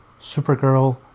Supergirl